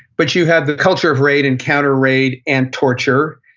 but you had the culture of raid and counter-raid and torture.